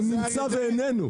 הוא נמצא ואיננו.